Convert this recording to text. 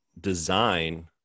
design